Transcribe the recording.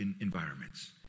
environments